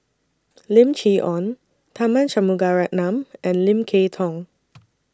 Lim Chee Onn Tharman Shanmugaratnam and Lim Kay Tong